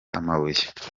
amabuye